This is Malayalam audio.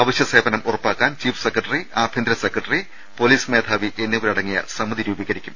അവശ്യ സേവനം ഉറപ്പാക്കാൻ ചീഫ് സെക്രട്ടറി ആഭ്യന്തര സെക്രട്ടറി പൊലീസ് മേധാവി എന്നിവരടങ്ങിയ സമിതി രൂപീകരിക്കും